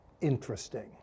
interesting